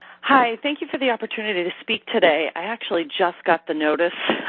hi. thank you for the opportunity to speak today. i actually just got the notice